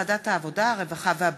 שהחזירה ועדת העבודה, הרווחה והבריאות,